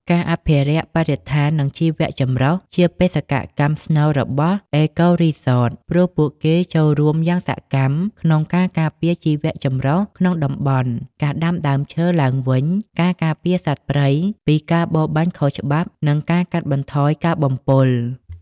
ការអភិរក្សបរិស្ថាន និងជីវៈចម្រុះជាបេសកកម្មស្នូលរបស់ អេកូរីសត ព្រោះពួកគេចូលរួមយ៉ាងសកម្មក្នុងការការពារជីវៈចម្រុះក្នុងតំបន់ ការដាំដើមឈើឡើងវិញ ការការពារសត្វព្រៃពីការបរបាញ់ខុសច្បាប់ និងការកាត់បន្ថយការបំពុល។